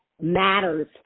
matters